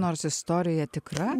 nors istorija tikra